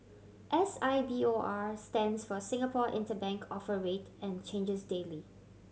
S I B O R stands for Singapore Interbank Offer Rate and changes daily